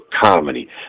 comedy